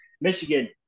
Michigan